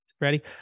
ready